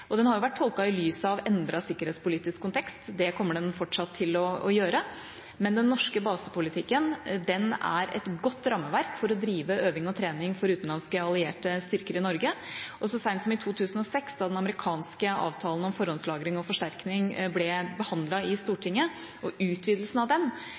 og den har vært tolket i lys av endret sikkerhetspolitisk kontekst. Det kommer en fortsatt til å gjøre, men den norske basepolitikken er et godt rammeverk for å drive øving og trening for utenlandske allierte styrker i Norge. Og så sent som i 2006, da den amerikanske avtalen om forhåndslagring og forsterkning ble behandlet i Stortinget, og utvidelsen av den,